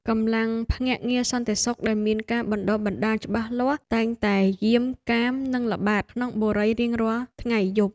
កម្លាំងភ្នាក់ងារសន្តិសុខដែលមានការបណ្តុះបណ្តាលច្បាស់លាស់តែងតែយាមកាមនិងល្បាតក្នុងបុរីរៀងរាល់ថ្ងៃយប់។